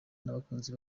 n’abakunzi